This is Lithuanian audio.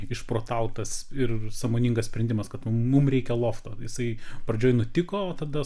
išprotautas ir sąmoningas sprendimas kad mum reikia lofto jisai pradžioj nutiko o tada